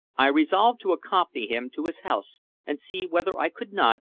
i resolved to accompany him to his house and see whether i could not,